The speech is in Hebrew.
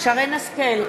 שרן השכל,